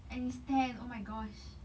and is ten oh my gosh